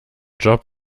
job